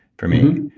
for me.